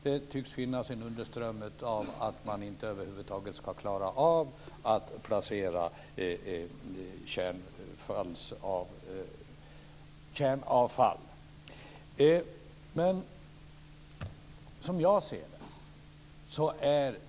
Det tycks finnas en underström av att man över huvud taget inte kommer att klara av att placera ut kärnavfall.